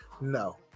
No